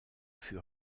fut